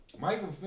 Michael